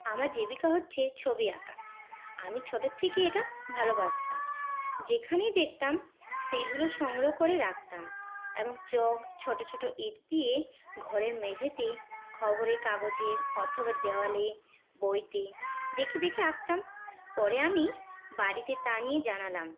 আমার জীবিকা হচ্ছে ছবি আঁকা আমি ছোট থেকেই এটা ভালবাসতাম যেখানেই দেখতাম সেইগুলো সংগ্রহ করে রাখতাম এবং চক ছোট ছোট ইঁট দিয়ে ঘরের মেঝেতে খবরের কাগজে অথবা দেওয়ালে বইতে দেখে দেখে আঁকতাম পরে আমি বাড়িতে তা নিয়ে জানালাম